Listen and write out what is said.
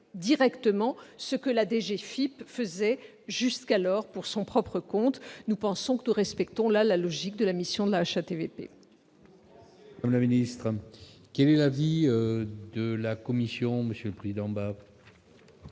finances publiques, la DGFiP, faisait jusqu'alors pour son propre compte. Nous pensons que nous respectons ainsi la logique de la mission de la Haute